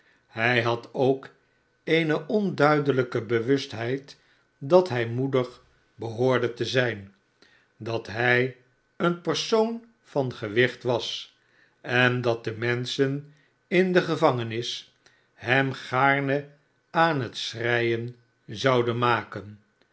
hij had ook eene onduidelijke bewustheid dat hij moedig behoorde te zijn dat hij een persoon van gewicht was en dat de menschen in de gevangenis hem gaarne aan het schreien zouden maken